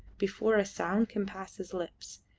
before a sound can pass his lips.